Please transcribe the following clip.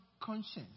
conscience